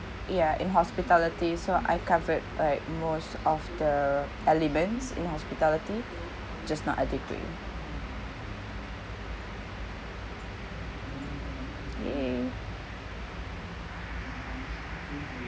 ya in hospitality so I covered like most of the elements in hospitality just not a degree ya